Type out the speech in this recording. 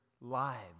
lives